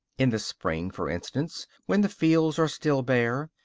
in the spring, for instance, when the fields are still bare,